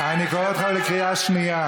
אני קורא אותך בקריאה שנייה.